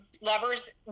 lovers